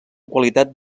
qualitat